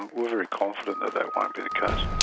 we're very confident that that won't be the case.